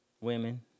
women